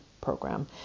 program